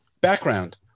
background